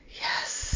Yes